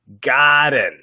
GARDEN